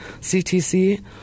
CTC